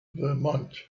vermont